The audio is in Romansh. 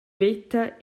veta